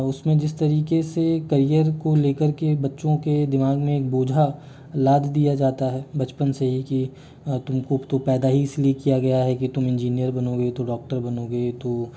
उसमें जिस तरीके से कैरियर को लेकर के बच्चों के दिमाग में एक बोझा लाद दिया जाता है बचपन से ही कि तुमको तो पैदा ही इसीलिए किया गया है कि तुम इंजीनियर बनोगे तुम डॉक्टर बनोगे तो